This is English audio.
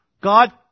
God